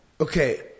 Okay